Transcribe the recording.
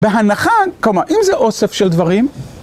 בהנחה, כלומר, אם זה אוסף של דברים,